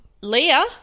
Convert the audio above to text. Leah